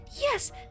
yes